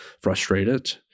frustrated